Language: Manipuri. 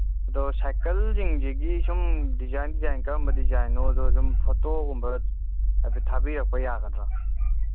ꯑꯗꯣ ꯁꯥꯏꯀꯜꯁꯤꯡꯁꯤꯒꯤ ꯁꯨꯝ ꯗꯤꯖꯥꯏꯟ ꯗꯤꯖꯥꯏꯟ ꯀꯔꯝ ꯗꯤꯖꯥꯏꯟꯅꯣꯗꯣ ꯁꯨꯝ ꯐꯣꯇꯣꯒꯨꯝꯕ ꯍꯥꯏꯐꯦꯠ ꯊꯥꯕꯤꯔꯛꯄ ꯌꯥꯒꯗ꯭ꯔꯥ